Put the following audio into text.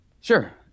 sure